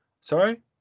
Sorry